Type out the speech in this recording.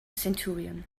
centurion